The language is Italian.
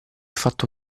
fatto